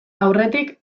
aurretik